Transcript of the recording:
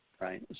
right